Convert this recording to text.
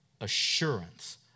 assurance